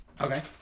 Okay